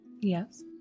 yes